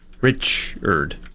Richard